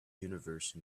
universe